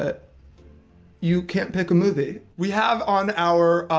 ah you can't pick a movie. we have on our